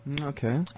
Okay